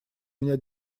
меня